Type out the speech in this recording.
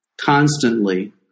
constantly